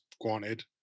granted